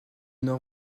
nord